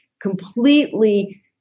completely